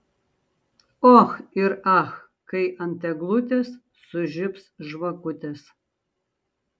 och ir ach kai ant eglutės sužibs žvakutės